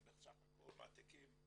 הם בסך הכל מעתיקים,